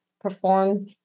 perform